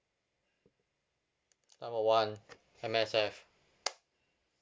number one M_S_F